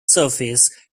surface